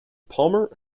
palmer